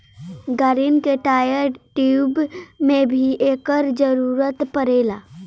गाड़िन के tyre, tube में भी एकर जरूरत पड़ेला